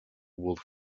would